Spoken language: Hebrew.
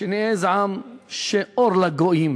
שנהיה עם שהוא אור לגויים.